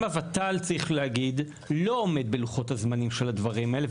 צריך להגיד שגם הוות״ל כיום לא עומד בלוחות הזמנים של הדבר הזה,